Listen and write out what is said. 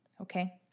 Okay